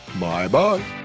Bye-bye